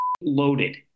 loaded